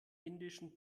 indischen